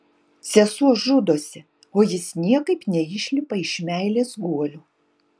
sesuo žudosi o jis niekaip neišlipa iš meilės guolio